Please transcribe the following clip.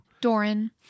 Doran